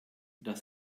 das